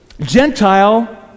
gentile